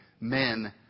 men